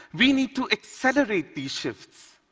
we need to accelerate these shifts.